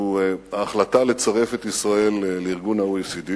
ההחלטה לצרף את ישראל ל-OECD,